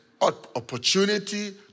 Opportunity